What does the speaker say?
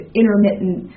intermittent